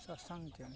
ᱥᱟᱥᱟᱝ ᱛᱮᱢ